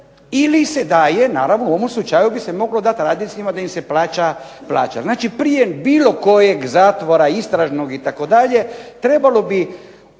ili se daje naravno u ovom slučaju bi se moglo dati radnicima da im se plaća plaća. Znači, bilo kojeg zatvora istražnog itd. trebalo bi